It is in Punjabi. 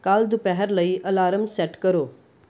ਕੱਲ੍ਹ ਦੁਪਹਿਰ ਲਈ ਅਲਾਰਮ ਸੈੱਟ ਕਰੋ